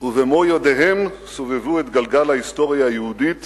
ובמו-ידיהם סובבו את גלגל ההיסטוריה היהודית